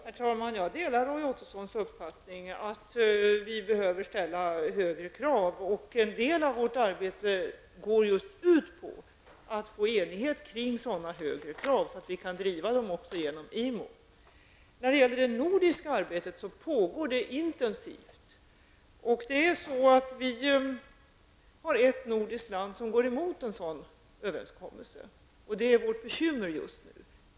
Herr talman! Jag delar Roy Ottossons uppfattning att vi behöver ställa högre krav. Och en del av vårt arbete går ut just på att få enighet kring sådana högre krav så att vi även kan driva dem genom Det nordiska arbetet pågår intensivt. Det är ett nordiskt land som går emot en sådan överenskommelse, vilket är vårt bekymmer just nu.